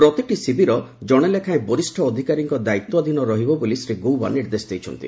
ପ୍ରତିଟି ଶିବିର ଜଣେ ଲେଖାଏଁ ବରିଷ ଅଧିକାରୀଙ୍କ ଦାୟିତ୍ୱାଧୀନ ରହିବ ବୋଲି ଶ୍ରୀ ଗୌବା ନିର୍ଦ୍ଦେଶ ଦେଇଛନ୍ତି